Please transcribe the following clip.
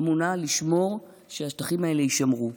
אמונה לשמור שהשטחים האלה יישמרו.